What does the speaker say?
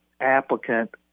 applicant